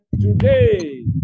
Today